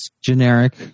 generic